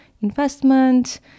investment